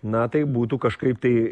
na taip būtų kažkaip tai